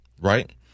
right